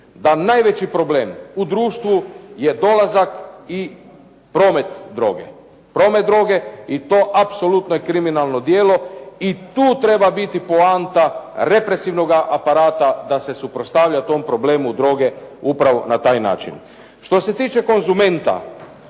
da najveći problem u društvu je dolazak i promet droge i to apsolutno je kriminalno djelo i tu treba biti poanta represivnoga aparata da se suprotstavlja tom problemu droge upravo na taj način. Što se tiče konzumenta,